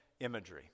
imagery